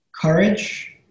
courage